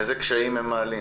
איזה קשיים הן מעלות?